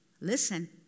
listen